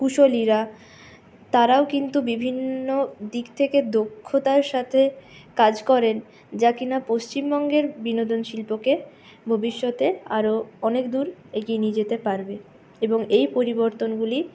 কুশলীরা তারাও কিন্তু বিভিন্ন দিক থেকে দক্ষতার সাথে কাজ করেন যা কিনা পশ্চিমবঙ্গের বিনোদন শিল্পকে ভবিষ্যতে আরো অনেক দূর এগিয়ে নিয়ে যেতে পারবে এবং এই পরিবর্তনগুলি